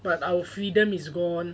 but our freedom is gone